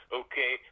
okay